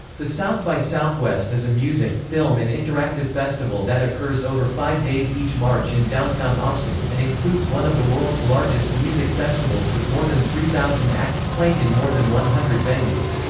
the south by southwest is a music, film and interactive festival that occurs over five days each march in downtown austin, and includes one of the world's largest music festivals with more than three thousand acts playing in more than one hundred venues.